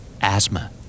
Asthma